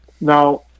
now